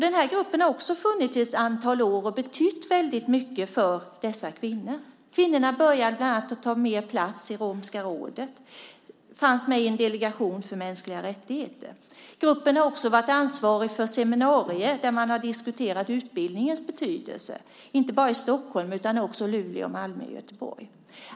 Den gruppen har också funnits ett antal år och betytt väldigt mycket för dessa kvinnor. Kvinnorna började bland annat ta mer plats i Romska rådet. De fanns med i en delegation för mänskliga rättigheter. Gruppen har också varit ansvarig för seminarier där man har diskuterat utbildningens betydelse, inte bara i Stockholm utan också i Luleå, Malmö och Göteborg.